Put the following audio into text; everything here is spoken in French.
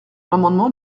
l’amendement